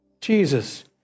Jesus